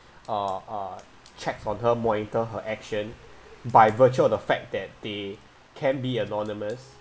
uh uh check on her monitor her action by virtue of the fact that they can be anonymous